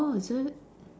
orh is it